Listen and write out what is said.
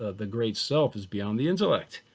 the great self is beyond the intellect.